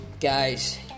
guys